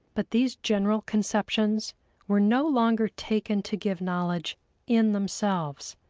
but these general conceptions were no longer taken to give knowledge in themselves.